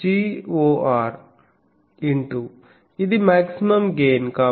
ఇది maximum gain